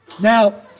Now